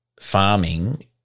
Farming